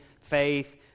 faith